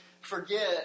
forget